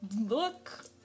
Look